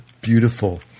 Beautiful